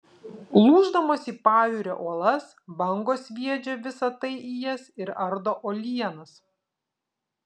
lūždamos į pajūrio uolas bangos sviedžia visa tai į jas ir ardo uolienas